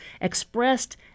expressed